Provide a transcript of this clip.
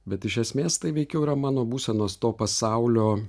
bet iš esmės tai veikiau yra mano būsenos to pasaulio